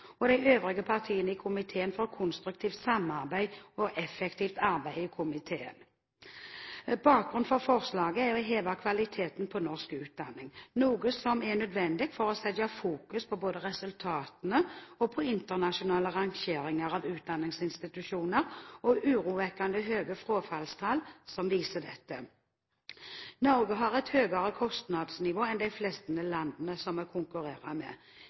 og de øvrige partiene i komiteen for konstruktivt samarbeid og effektivt arbeid i komiteen. Bakgrunnen for forslaget er ønsket om å heve kvaliteten på norsk utdanning, noe det er nødvendig å sette fokus på. Både resultatene på internasjonale rangereringer av utdanningsinstitusjoner og urovekkende høye frafallstall viser det. Norge har et høyere kostnadsnivå enn de fleste land vi konkurrerer med.